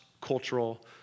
cultural